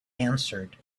answered